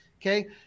Okay